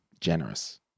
generous